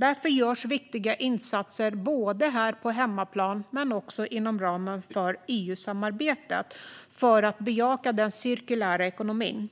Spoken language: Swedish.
Därför görs viktiga insatser både här på hemmaplan och inom ramen för EU-samarbetet för att bejaka den cirkulära ekonomin.